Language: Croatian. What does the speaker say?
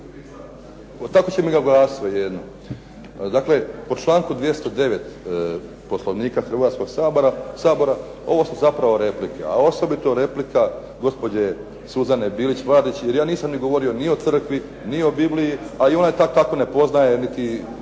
Boro (HDSSB)** Dakle po članku 209. Poslovnika Hrvatskoga sabora ovo su zapravo replike, a osobito replika gospođe Suzane Bilić Vardić jer ja nisam govorio ni o crkvi, ni o Bibliji, a ona je tako i tako ne poznaje niti